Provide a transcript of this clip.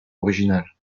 originale